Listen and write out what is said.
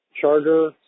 charter